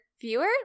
viewer